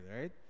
right